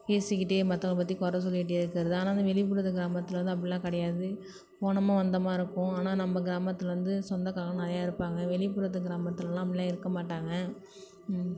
பேசிக்கிட்டே மற்றவங்கள பற்றி கொறை சொல்லிக்கிட்டே இருக்கிறது ஆனால் வந்து வெளிப்புறத்து கிராமத்தில் வந்து அப்படிலாம் கிடையாது போனோமா வந்தோமா இருக்கும் ஆனால் நம்ம கிராமத்தில் வந்து சொந்தக்காரங்கள்லாம் நிறையா இருப்பாங்க வெளிப்புறத்து கிராமத்துலலாம் அப்படிலாம் இருக்க மாட்டாங்க